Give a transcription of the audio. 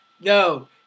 no